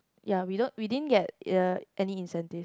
ya we don't we didn't get uh any incentive